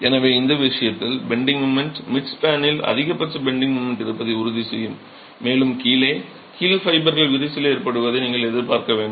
எனவே இந்த விஷயத்தில் பெண்டிங்க் மொமென்ட் மிட் ஸ்பேனில் அதிகபட்ச பெண்டிங்க் மொமென்ட் இருப்பதை உறுதி செய்யும் மேலும் கீழே கீழ் ஃபைபர்கள் விரிசல் ஏற்படுவதை நீங்கள் எதிர்பார்க்க வேண்டும்